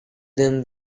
them